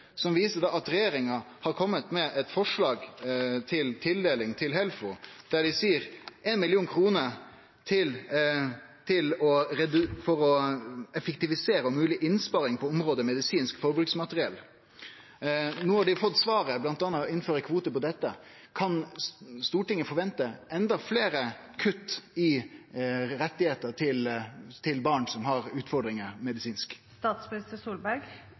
som viser at regjeringa kom med eit forslag til tildeling til Helfo – 1 mill. kr for å effektivisere og mogleg innsparing på området «medisinsk forbruksmateriell». No har dei fått svaret, bl.a. ved at det har blitt innført kvote på dette. Kan Stortinget forvente enda fleire kutt i rettane til barn som har medisinske utfordringar?